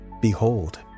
Behold